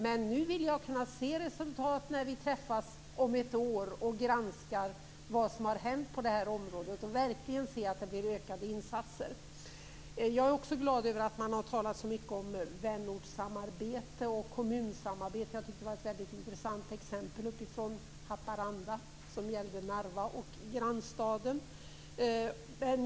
Men nu vill jag kunna se resultat när vi träffas om ett år och granskar vad som har hänt på det här området. Jag vill verkligen se att det blir ökade insatser. Jag är också glad över att man har talat så mycket om vänortssamarbete och kommunsamarbete. Jag tycker att det var ett väldigt intressant exempel från Haparanda, som gällde Narva och grannstaden.